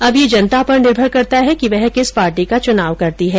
अब यह जनता पर निर्भर करता है कि वह किस पार्टी का चुनाव करती है